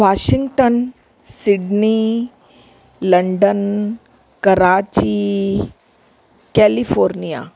Washington Sydney London Karachi California